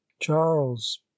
charles